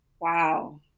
Wow